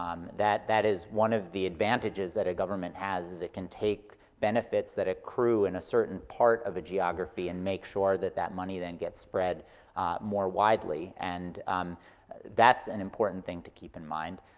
um that that is one of the advantages that a government has, is that it can take benefits that accrue in a certain part of a geography and make sure that that money then gets spread more widely. and that's an important thing to keep in mind.